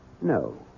No